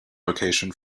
location